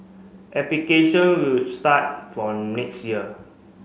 application will start from next year